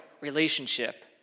relationship